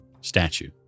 statue